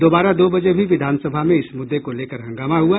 दोबारा दो बजे भी विधान सभा में इस मुद्दे को लेकर हंगामा हुआ